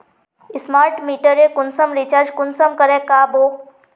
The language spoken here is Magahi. स्मार्ट मीटरेर कुंसम रिचार्ज कुंसम करे का बो?